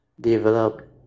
develop